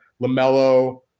LaMelo